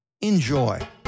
Enjoy